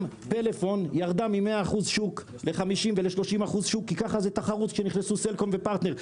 גם פלאפון ירדה מ-100% שוק כי ככה זה תחרות כשנכנסו סלקום ופרטנר.